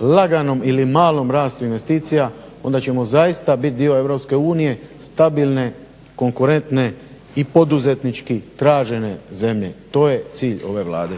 laganom ili malom rastu investicija, onda ćemo zaista biti dio Europske unije, stabilne, konkurentne i poduzetnički tražene zemlje. To je cilj ove Vlade.